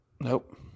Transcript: Nope